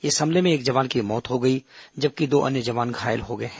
इस हमले में एक जवान की मौत हो गई जबकि दो अन्य जवान घायल हो गए हैं